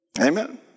Amen